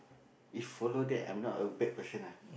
if follow that I'm not a bad person ah